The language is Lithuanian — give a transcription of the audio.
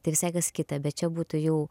tai visai kas kita bet čia būtų jau